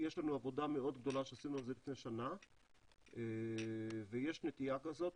יש לנו עבודה מאוד גדולה שעשינו על זה לפני שנה ויש נטייה כזאת.